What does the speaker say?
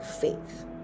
faith